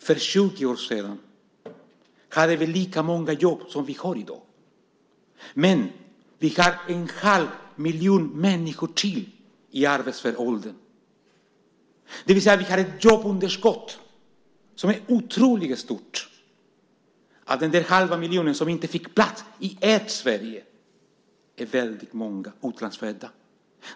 För 20 år sedan hade vi lika många jobb som vi har i dag, men vi har nu en halv miljon människor till i arbetsför ålder. Vi har med andra ord ett jobbunderskott som är otroligt stort. Av den halva miljon som inte fick plats i ert Sverige är väldigt många utlandsfödda.